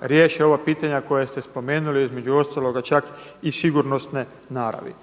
riješi ova pitanja koja ste spomenuli, između ostaloga čak i sigurnosne naravi.